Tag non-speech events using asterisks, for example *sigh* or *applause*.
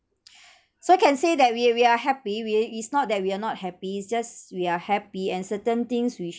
*breath* so can say that we we are happy we're it's not that we are not happy it's just we are happy and certain things we